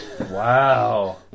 Wow